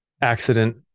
accident